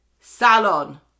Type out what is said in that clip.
Salon